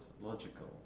logical